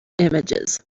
images